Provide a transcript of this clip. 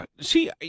see